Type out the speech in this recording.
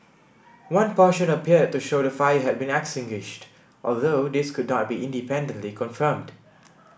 one portion appeared to show the fire had been extinguished although this could not be independently confirmed